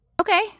Okay